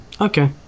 Okay